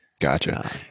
Gotcha